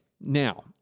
now